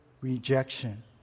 rejection